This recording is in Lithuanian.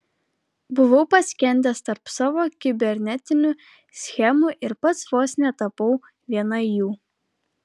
buvau paskendęs tarp savo kibernetinių schemų ir pats vos netapau viena jų